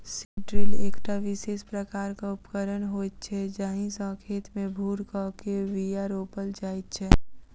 seed drill एकटा विशेष प्रकारक उपकरण होइत छै जाहि सॅ खेत मे भूर क के बीया रोपल जाइत छै